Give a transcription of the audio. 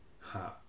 Ha